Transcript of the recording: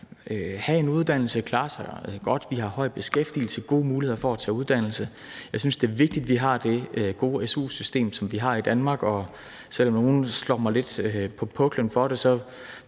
at have en uddannelse og klare sig godt. Vi har høj beskæftigelse og gode muligheder for at tage uddannelse. Jeg synes, det er vigtigt, at vi har det gode su-system, som vi har i Danmark, og selv om nogle giver mig lidt på puklen for det,